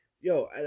Yo